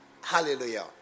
Hallelujah